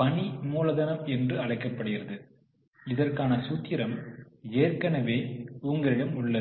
பணி மூலதனம் என்று அழைக்கப்படுகிறது இதற்கான சூத்திரம் ஏற்கனவே உங்களிடம் உள்ளது